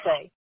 say